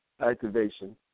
activation